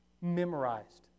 Memorized